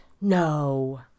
No